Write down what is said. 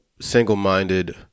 single-minded